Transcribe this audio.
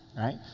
right